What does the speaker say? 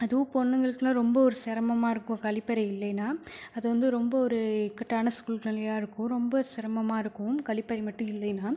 அதுவும் பொண்ணுங்களுக்குலாம் ரொம்ப ஒரு செரமமாக இருக்கும் கழிப்பறை இல்லேன்னா அது வந்து ரொம்ப ஒரு இக்கட்டான சூழ்நிலையாக இருக்கும் ரொம்ப சிரமமாக இருக்கும் கழிப்பறை மட்டும் இல்லேன்னா